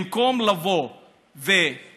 במקום לבוא ולהכריח,